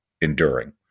enduring